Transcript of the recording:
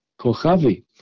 Kochavi